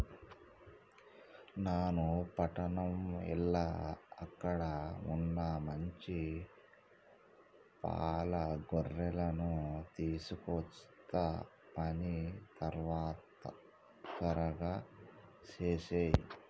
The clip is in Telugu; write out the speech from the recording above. నాను పట్టణం ఎల్ల అక్కడ వున్న మంచి పాల గొర్రెలను తీసుకొస్తా పని త్వరగా సేసేయి